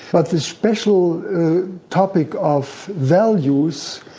but the special topic of values,